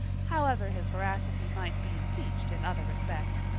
however his veracity might be impeached in other respects.